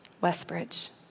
Westbridge